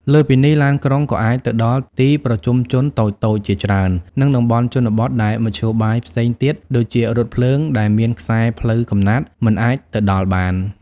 លើសពីនេះ ឡានក្រុងក៏អាចទៅដល់ ទីប្រជុំជនតូចៗ ជាច្រើន និងតំបន់ជនបទដែលមធ្យោបាយផ្សេងទៀតដូចជារថភ្លើង ដែលមានខ្សែផ្លូវកំណត់ មិនអាចទៅដល់បាន។